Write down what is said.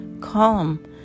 Calm